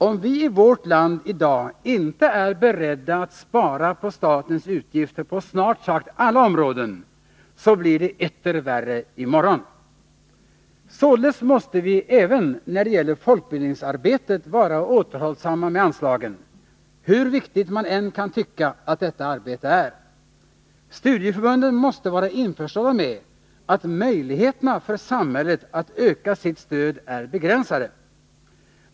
Om vi i vårt land i dag inte är beredda att spara på statens utgifter på snart sagt alla områden, så blir det etter värre i morgon. Således måste vi även när det gäller folkbildningsarbetet vara återhållsamma med anslagen, hur viktigt man än kan tycka att detta arbete är. Studieförbunden måste vara införstådda med att möjligheterna för samhället att öka sitt stöd är begränsade.